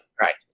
right